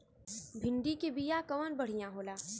भिंडी के बिया कवन बढ़ियां होला?